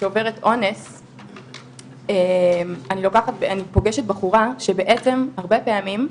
שעוברת אונס, אני פוגשת בחורה, שבעצם, הרבה פעמים,